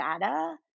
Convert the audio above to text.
data